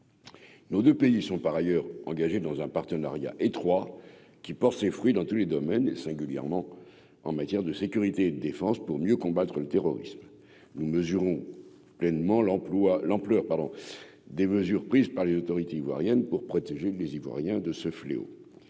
Nos 2 pays sont par ailleurs engagés dans un partenariat étroit qui porte ses fruits dans tous les domaines et singulièrement en matière de sécurité et de défense pour mieux combattre le terrorisme, nous mesurons pleinement l'emploi l'ampleur, pardon, des mesures prises par les autorités ivoiriennes pour protéger les Ivoiriens de ce fléau,